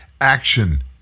action